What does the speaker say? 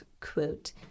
quote